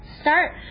start